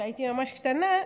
כשהייתי ממש קטנה,